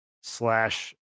slash